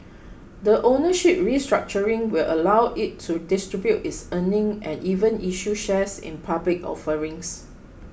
the ownership restructuring will allow it to distribute its earnings and even issue shares in public offerings